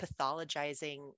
pathologizing